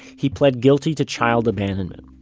he plead guilty to child abandonment.